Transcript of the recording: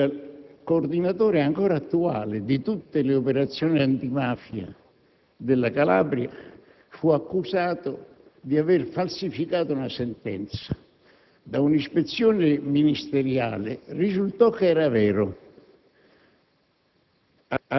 il coordinatore, ancora attuale, di tutte le operazioni antimafia della Calabria fu accusato di aver falsificato una sentenza. Da un'ispezione ministeriale risultò che l'accusa